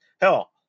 hell